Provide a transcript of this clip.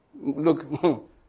look